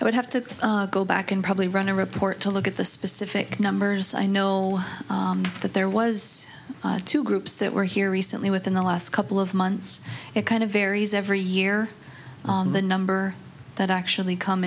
i would have to go back and probably run a report to look at the specific numbers i know that there was two groups that were here recently within the last couple of months it kind of varies every year on the number that actually come